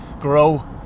Grow